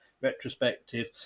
retrospective